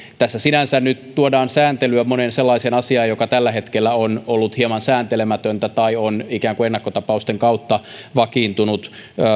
tässä sinänsä nyt tuodaan sääntelyä moneen sellaiseen asiaan joka tällä hetkellä on ollut hieman sääntelemätöntä tai on ikään kuin ennakkotapausten kautta vakiintunut